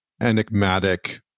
enigmatic